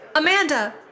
Amanda